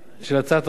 של הצעת החוק,